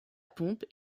pompe